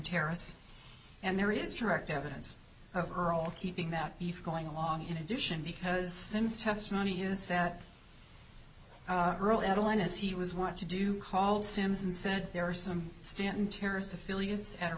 terrorists and there is direct evidence over all keeping that beef going along in addition because since testimony is that the line is he was what to do call sims and said there are some stanton terrorists affiliates at a